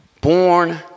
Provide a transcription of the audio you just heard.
Born